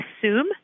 assume